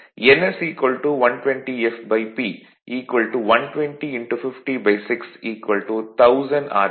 ns 120 fP 120 506 1000 R